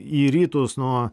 į rytus nuo